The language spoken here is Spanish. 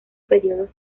periodos